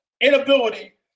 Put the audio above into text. inability